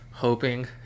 hoping